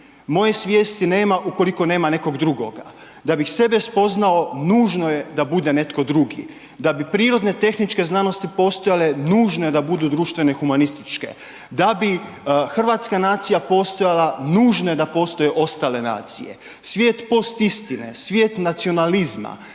moje svijesti nema ukoliko nema nekog drugoga, da bih sebe spoznao, nužno je da bude netko drugi, da bi prirodne tehničke znanosti postojale, nužno je da budu društvene humanističke, da bi hrvatska nacija postojala, nužno je da postoje ostale nacije. Svijet postistine, svijet nacionalizma,